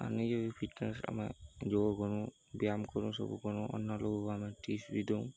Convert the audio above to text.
ନିଜେ ବି ଫିଟନେସ୍ ଆମେ ଯୋଗ କରୁ ବ୍ୟାୟାମ କରୁ ସବୁ କରୁ ଅନ୍ୟ ଲୋକକୁ ଆମେ ଟିପ୍ସ ବିି ଦଉଁ